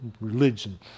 religion